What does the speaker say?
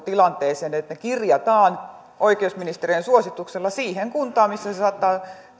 tilanteeseen että ne kirjataan oikeusministeriön suosituksella siihen kuntaan missä se vastaanottokeskus saattaa